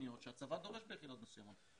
תיכוניות שהצבא דורש ביחידות מסוימות,